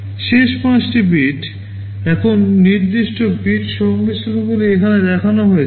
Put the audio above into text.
শেষ 5 টি bit এখন নির্দিষ্ট বিট সংমিশ্রণগুলি এখানে দেখানো হয়েছে